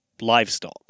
livestock